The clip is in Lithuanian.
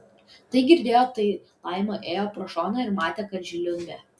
tai girdėjo tai laima ėjo pro šoną ir matė kad žliumbė